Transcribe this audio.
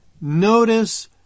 notice